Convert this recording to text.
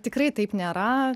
tikrai taip nėra